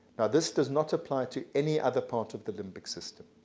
this does not apply to any other part of the limbic system.